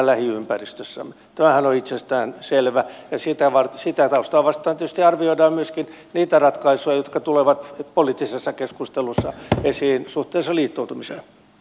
tämähän on itsestään selvää ja sitä taustaa vasten tietysti arvioidaan myöskin niitä ratkaisuja jotka tulevat poliittisessa keskustelussa esiin suhteessa liittoutumiseen